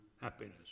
happiness